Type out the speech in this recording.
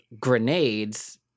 grenades